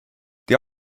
they